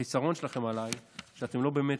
החיסרון שלכם עליי הוא שאתם לא באמת,